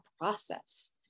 process